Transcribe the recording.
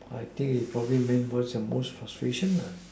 I think it probably main burst your frustration